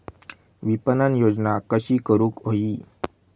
विपणन योजना कशी करुक होई?